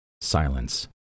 Silence